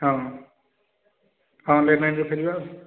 ହଁ ହଁ ଲେଟ୍ ନାଇଟ୍ରେ ଫେରିବା ଆଉ